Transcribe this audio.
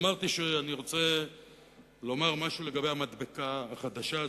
אמרתי שאני רוצה לומר משהו לגבי המדבקה החדשה,